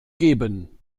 geben